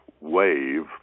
wave